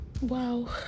wow